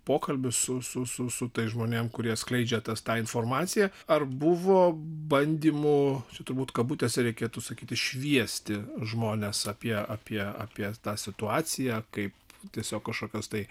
pokalbius su su su tais žmonėm kurie skleidžia tą informaciją ar buvo bandymų čia turbūt kabutėse reikėtų sakyti šviesti žmones apie apie apie tą situaciją kaip tiesiog kažkokios tai